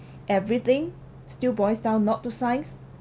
everything still boils down not to science